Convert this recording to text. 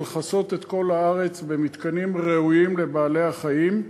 ולכסות את כל הארץ במתקנים ראויים לבעלי-החיים.